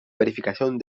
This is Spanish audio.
verificación